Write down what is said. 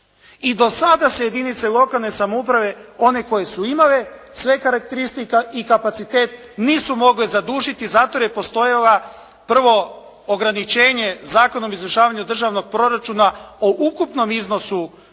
I do sada se jedinice lokalne samouprave, one koje su imale sve karakteristike i kapacitet nisu mogle zadužiti zato jer je postojala prvo ograničenje Zakonom o izvršavanju državnog proračuna o ukupnom iznosu